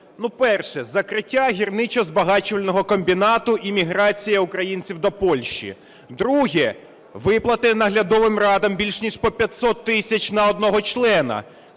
Перше: закриття гірничо-збагачувального комбінату і міграція українців до Польщі. Друге: виплати наглядовим радам більш ніж по 500 тисяч на одного члена.